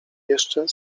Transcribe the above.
jeszcze